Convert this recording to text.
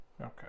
Okay